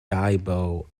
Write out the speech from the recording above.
diabo